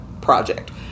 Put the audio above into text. project